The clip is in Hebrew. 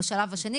בשלב השני,